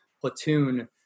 platoon